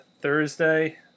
Thursday